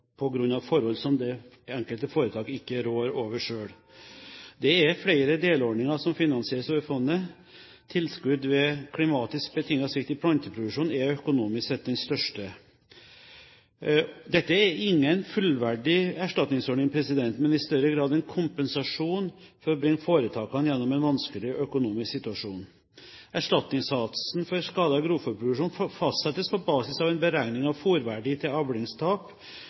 av forhold som det enkelte foretak ikke rår over selv. Det er flere delordninger som finansieres over fondet. Tilskudd ved klimatisk betinget svikt i planteproduksjon er økonomisk sett den største. Dette er ingen fullverdig erstatningsordning, men i større grad en kompensasjon for å bringe foretakene gjennom en vanskelig økonomisk situasjon. Erstatningssatsen for skader i grovfôrproduksjon fastsettes på basis av en beregning av fôrverdien til